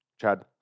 Chad